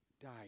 died